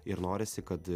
ir norisi kad